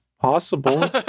possible